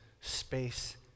Space